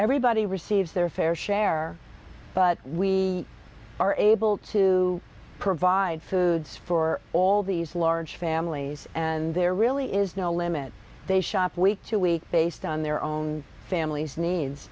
everybody receives their fair share but we are able to provide food for all these large families and there really is no limit they shop week to week based on their own family's nee